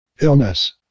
Illness